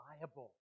reliable